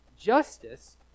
justice